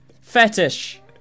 Fetish